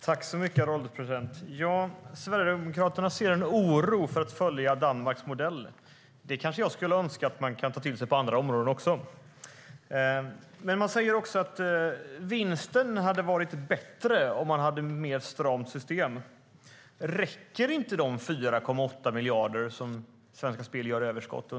Herr ålderspresident! Sverigedemokraterna ser med oro på att följa Danmarks modell. Det skulle jag önska att man kunde ta till sig också på andra områden. Man säger också att vinsten hade varit bättre om man hade haft ett stramare system. Räcker inte de 4,8 miljarder som Svenska Spel har i överskott?